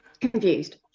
confused